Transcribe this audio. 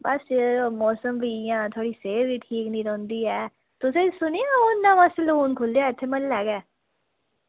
बस यरो मौसम बी इंया थोह्ड़ी सेह्त बी ठीक निं रौहंदी ऐ तुसें सुनेआ ओह् नमां सैलून खुल्लेआ ओह् म्हल्लै गै